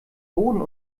boden